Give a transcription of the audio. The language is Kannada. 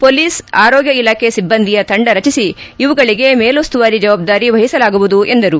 ಪೊಲೀಸ್ ಆರೋಗ್ಣ ಇಲಾಖೆ ಸಿಬ್ಲಂದಿಯ ತಂಡ ರಚಿಸಿ ಇವುಗಳಿಗೆ ಮೇಲುಸ್ತುವಾರಿ ಜವಾಬ್ಲಾರಿ ವಹಿಸಲಾಗುವುದು ಎಂದರು